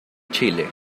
chile